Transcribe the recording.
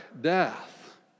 death